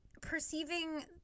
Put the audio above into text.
perceiving